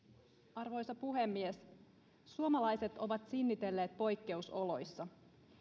arvoisa puhemies suomalaiset ovat sinnitelleet poikkeusoloissa